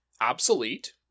Obsolete